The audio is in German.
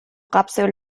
rapsöl